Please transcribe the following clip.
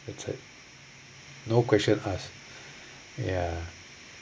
that's it no question ask ya